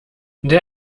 der